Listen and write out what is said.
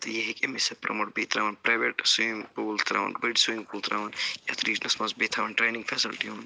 تہٕ یہِ ہٮ۪کہِ أمی سۭتۍ پرموٹ بیٚیہِ تراوَن پریوٮ۪ٹ سِوِمنٛگ پوٗل تراوَن بٔڑۍ سِوِمنٛگ پوٗل تراوَن یَتھ رِجنَس منٛز بیٚیہِ تھاوَن ٹرینٛنگ فیسلٹی ہُنٛد